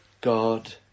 God